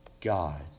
God